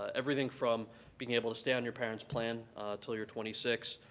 everything from being able to stay on your parent's plan until you're twenty six,